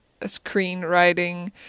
screenwriting